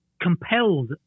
compelled